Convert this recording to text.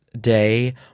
day